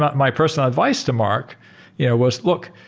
my personal advice to mark yeah was, look.